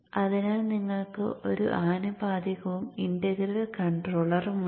അതിനാൽ നിങ്ങൾക്ക് ഒരു ആനുപാതികവും ഇന്റഗ്രൽ കൺട്രോളറും ഉണ്ട്